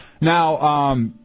Now